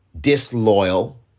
disloyal